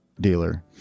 dealer